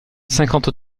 cinquante